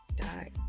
die